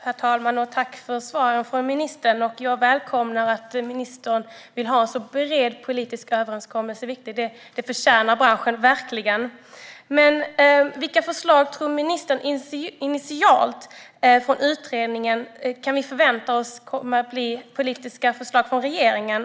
Herr talman! Jag tackar ministern för svaren och välkomnar att hon vill ha en bred politisk överenskommelse. Det förtjänar branschen verkligen. Men vilka förslag från utredningen tror ministern att vi initialt kan förvänta oss kommer att bli politiska förslag från regeringen?